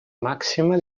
màxima